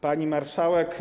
Pani Marszałek!